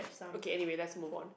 okay anyway let's move on